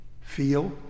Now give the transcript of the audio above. Feel